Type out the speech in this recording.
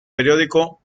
periódico